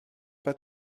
pas